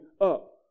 up